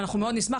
ואנחנו מאוד נשמח,